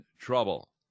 trouble